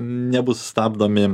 nebus stabdomi